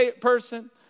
person